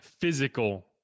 physical